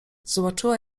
zobaczyła